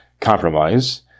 compromise